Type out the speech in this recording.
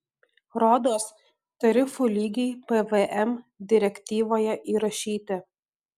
rodos tarifų lygiai pvm direktyvoje įrašyti